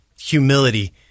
humility